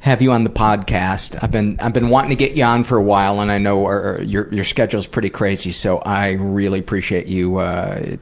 have you on the podcast. i've been and been wanting to get you on for a while and i know your your schedule is pretty crazy so i really appreciate you